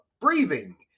breathing